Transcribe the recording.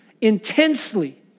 intensely